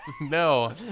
No